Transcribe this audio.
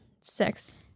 Six